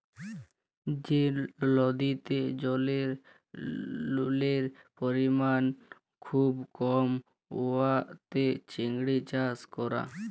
যে লদির জলে লুলের পরিমাল খুব কম উয়াতে চিংড়ি চাষ ক্যরা